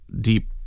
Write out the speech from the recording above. deep